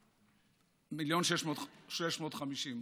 1,650,000,